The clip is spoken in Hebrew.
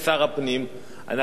אנחנו נשמח לשמוע את תשובתו,